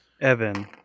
Evan